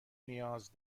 نیاز